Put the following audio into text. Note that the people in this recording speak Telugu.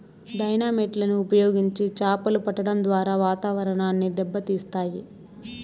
డైనమైట్ లను ఉపయోగించి చాపలు పట్టడం ద్వారా వాతావరణాన్ని దెబ్బ తీస్తాయి